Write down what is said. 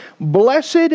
blessed